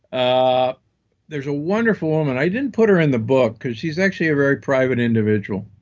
ah there is a wonderful woman, i didn't put her in the book because she's actually a very private individual.